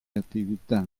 attività